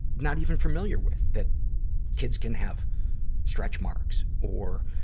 not even familiar with, that kids can have stretch marks or,